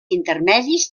intermedis